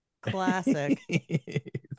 classic